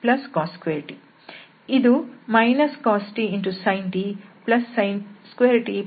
ಇದು cos t sin t sin2t cos2t ಮತ್ತು ಇದರ ಮೌಲ್ಯ 1